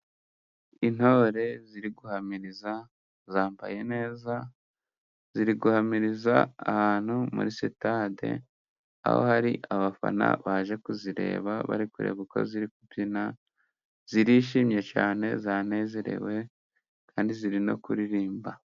Intore ziri guhamiriza zambaye neza, ziri guhamiriza ahantu muri sitade aho hari abafana baje kuzireba, bari kureba uko ziri kubyina zirishimye cyane zanezerewe kandi zizi no kuririmba.